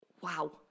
Wow